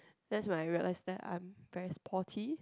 that's when I realise that I'm very sporty